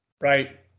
Right